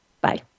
bye